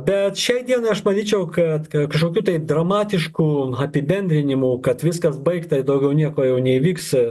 bet šiai dienai aš manyčiau kad kai kažkokių tai dramatiškų apibendrinimų kad viskas baigta daugiau nieko jau neįvyks